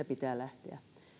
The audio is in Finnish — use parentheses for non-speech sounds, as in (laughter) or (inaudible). (unintelligible) pitää lähteä